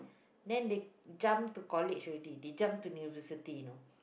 then they jump to college already they jump to university you know